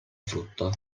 frutto